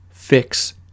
fix